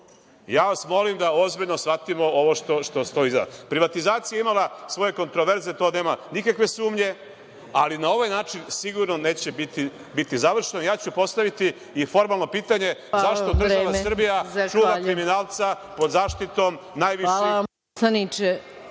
vas molim da ozbiljno ovo shvatimo. Privatizacija je imala svoje kontroverze, to nema nikakve sumnje, ali na ovaj način sigurno neće biti završeno. Ja ću postaviti i formalno pitanje – zašto država Srbija čuva kriminalca pod zaštitom?